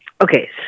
Okay